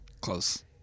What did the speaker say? close